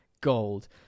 gold